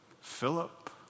Philip